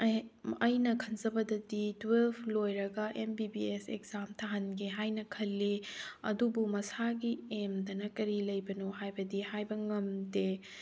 ꯑꯩꯅ ꯈꯟꯖꯕꯗꯗꯤ ꯇ꯭ꯋꯦꯜꯐ ꯂꯣꯏꯔꯒ M B B S exam ꯊꯥꯍꯟꯒꯦ ꯍꯥꯏꯅ ꯈꯜꯂꯤ ꯑꯗꯨꯕꯨ ꯃꯁꯥꯒꯤ ꯑꯦꯝꯗꯅ ꯀꯔꯤ ꯂꯩꯕꯅꯣ ꯍꯥꯏꯕꯗꯤ ꯍꯥꯏꯕ ꯉꯝꯗꯦ